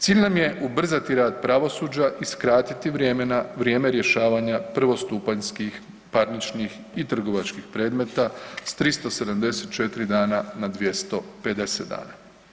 Cilj na je ubrzati rad pravosuđa i skratiti vrijeme rješavanja prvostupanjskih parničkih i trgovačkih predmeta s 374 dana na 250 dana.